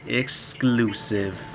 exclusive